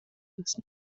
ist